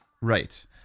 Right